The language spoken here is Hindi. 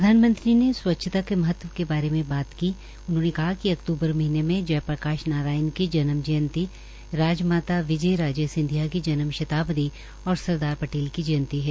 प्रधानमंत्री ने स्वच्छता के महत्व के बारे में बात की उन्होंने कहा कि अक्तूबर महीनें में जयप्रकाश नारायण की जन्म जयंती राजमाता विजयराजे सिधिंया की जन्म शताब्दी और सरदार पटेल की जयंती है